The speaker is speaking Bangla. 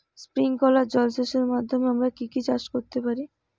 স্প্রিংকলার জলসেচের মাধ্যমে আমরা কি কি চাষ করতে পারি?